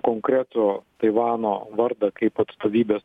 konkretų taivano vardą kaip atstovybės